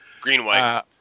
Green-white